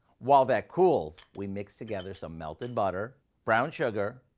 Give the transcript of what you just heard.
while that cools, we mix together some melted butter, brown sugar,